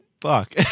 fuck